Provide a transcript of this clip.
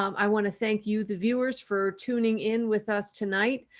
um i wanna thank you the viewers for tuning in with us tonight.